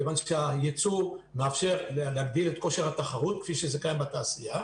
כיון שהייצוא מאפשר להגדיל את כושר התחרות כפי שזה קיים בתעשייה.